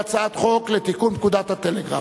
והיא הצעת חוק לתיקון פקודת הטלגרף.